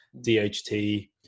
DHT